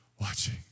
watching